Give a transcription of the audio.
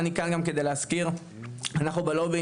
אני כאן גם כדי להזכיר שאנחנו בלובי